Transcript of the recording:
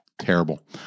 terrible